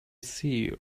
see